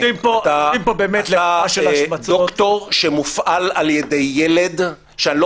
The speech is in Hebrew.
אתה דוקטור שמופעל על-ידי ילד שאני לא